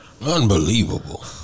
Unbelievable